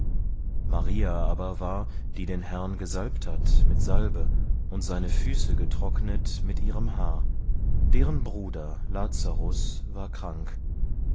maria aber war die den herrn gesalbt hat mit salbe und seine füße getrocknet mit ihrem haar deren bruder lazarus war krank